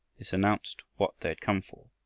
this announced what they had come for,